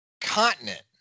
continent